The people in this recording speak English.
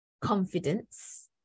confidence